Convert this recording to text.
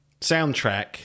Soundtrack